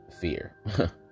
fear